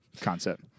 concept